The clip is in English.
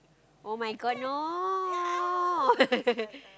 [oh]-my-god no